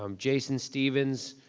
um jason stephens.